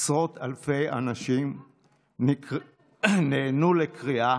עשרות אלפי אנשים נענו לקריאה